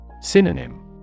Synonym